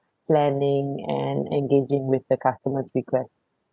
planning and engaging with the customer's request